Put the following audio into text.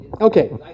Okay